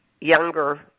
younger